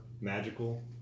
magical